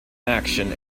action